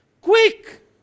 Quick